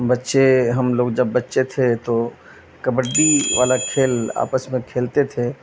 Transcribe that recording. بچے ہم لوگ جب بچے تھے تو کبڈی والا کھیل آپس میں کھیلتے تھے